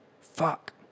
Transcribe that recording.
Fuck